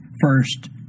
first